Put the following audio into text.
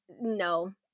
no